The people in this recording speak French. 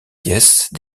pièces